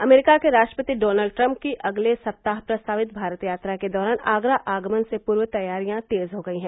America के राष्ट्रपति Donald Trump की अगले सप्ताह प्रस्तावित भारत यात्रा के दौरान आगरा आगमन से पूर्व तैयारियां तेज हो गई हैं